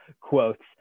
quotes